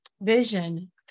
vision